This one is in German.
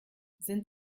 sind